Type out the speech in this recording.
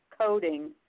coding